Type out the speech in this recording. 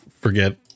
forget